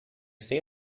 say